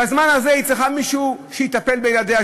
בזמן הזה היא צריכה מישהו שיטפל בילדיה,